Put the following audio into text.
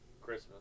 Christmas